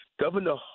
Governor